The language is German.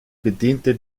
bediente